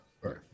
right